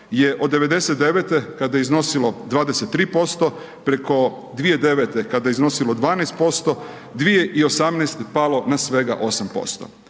je od '99. kada je iznosilo 23% preko 2009. kada je iznosilo 12%, 2018. palo na svega8%.